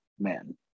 men